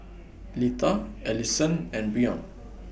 Litha Alison and Brion